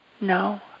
No